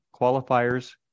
qualifiers